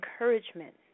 encouragement